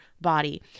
body